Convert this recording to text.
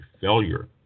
failure